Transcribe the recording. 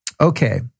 Okay